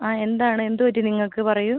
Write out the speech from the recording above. ആ എന്താണ് എന്ത് പറ്റി നിങ്ങൾക്ക് പറയൂ